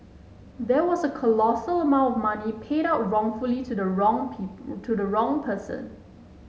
there was a colossal amount of money paid out wrongfully to the wrong people to the wrong person